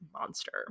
monster